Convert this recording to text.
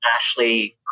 Ashley